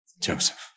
Joseph